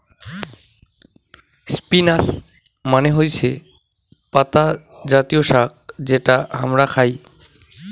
spinach মানে হৈসে পাতা জাতীয় শাক যেটা হামরা খাই